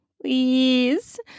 Please